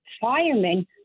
firemen